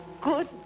good